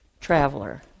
traveler